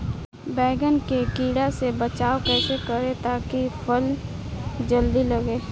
बैंगन के कीड़ा से बचाव कैसे करे ता की फल जल्दी लगे?